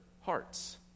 hearts